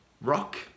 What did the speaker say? rock